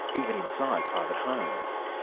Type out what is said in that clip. even inside private homes.